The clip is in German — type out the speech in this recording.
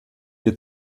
ihr